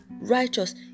righteous